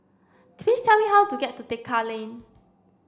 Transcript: please tell me how to get to Tekka Lane